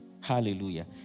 Hallelujah